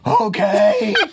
Okay